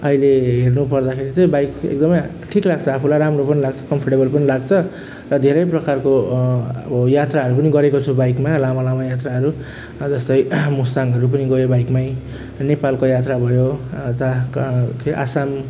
अहिले हेर्नुपर्दाखेरि चाहिँ बाइक एकदमै ठिक लाग्छ आफूलाई राम्रो पनि लाग्छ कम्फर्टेबल पनि लाग्छ र धेरै प्रकारको ओ यात्राहरू पनि गरेको छु बाइकमा लामो लामो यात्राहरू जस्तै मुस्ताङहरू पनि गयौँ बाइकमै नेपालको यात्रा भयो अँ ता क के आसाम